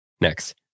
Next